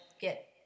get